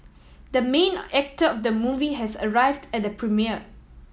the main actor of the movie has arrived at the premiere